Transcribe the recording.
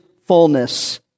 fullness